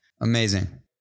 amazing